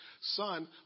Son